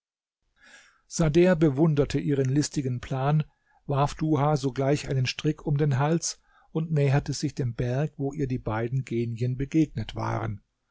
sader bewunderte ihren listigen plan warf duha sogleich einen strick um den hals und näherte sich dem berg wo ihr die beiden genien begegnet waren